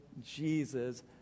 Jesus